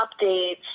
updates